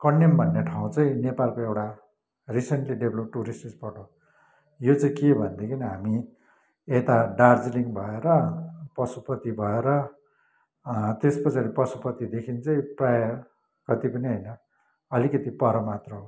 कन्याम भन्ने ठाउँ चाहिँ नेपालको एउटा रिसेन्टली डेभलप टुरिस्ट स्पट हो यो चाहिँ के भनेदेखि हामी यता दार्जिलिङ भएर पशुपति भएर त्यसपछि पशुपतिदेखि चाहिँ प्रायः कति पनि होइन अलिकति पर मात्र हो